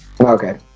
okay